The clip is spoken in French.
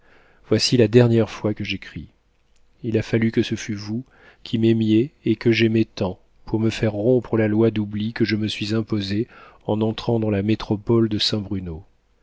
voici la dernière fois que j'écris il a fallu que ce fût vous qui m'aimiez et que j'aimais tant pour me faire rompre la loi d'oubli que je me suis imposée en entrant dans la métropole de